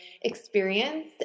experience